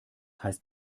heißt